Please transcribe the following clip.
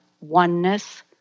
oneness